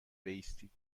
بایستید